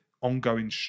ongoing